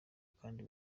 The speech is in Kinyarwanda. kandi